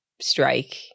strike